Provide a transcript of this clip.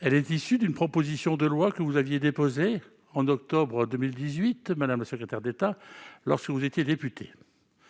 Elle est issue d'une proposition de loi que vous aviez déposée en octobre 2018, madame la secrétaire d'État, lorsque vous étiez députée.